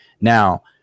Now